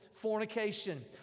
Fornication